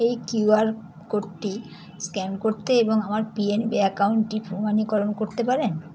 এই কিউআর কোডটি স্ক্যান করতে এবং আমার পিএনবি অ্যাকাউন্টটি প্রমাণীকরণ করতে পারেন